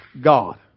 God